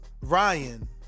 ryan